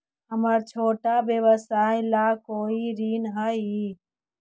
हमर छोटा व्यवसाय ला कोई ऋण हई?